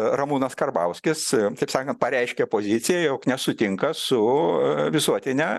ramūnas karbauskis taip sakant pareiškė poziciją jog nesutinka su visuotine